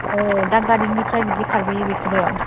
ओम दादगारिनिफ्राय बिदि खारबायो बिसोरो